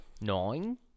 Nine